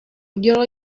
udělal